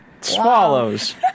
swallows